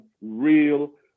real